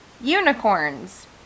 Unicorns